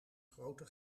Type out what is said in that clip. grote